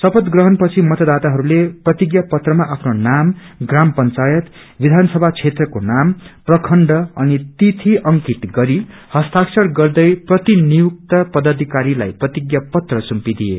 शपशि ग्रहण पछि मतदााताहरूले प्रतिज्ञा पत्रामा आफ्नो नाम ग्राम पंचायत विधान सभा क्षेत्रको नाम प्रखण्ड अनि तिथी अंकित गरी हसताक्षर गर्दै प्रतिनियुक्त पदाधिकारीलाई प्रतिज्ञाप पत्र सुम्पिदिए